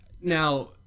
Now